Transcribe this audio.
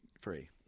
free